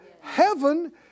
Heaven